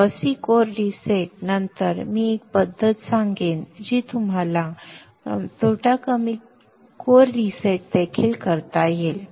lossy core reset नंतर मी एक पद्धत सांगेन जिथे तुम्हाला तोटा कमी कोर रीसेट देखील करता येईल